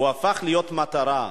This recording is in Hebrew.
הוא הפך להיות מטרה.